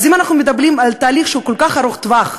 אז אם אנחנו מדברים על תהליך שהוא כל כך ארוך טווח,